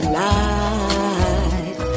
light